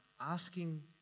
asking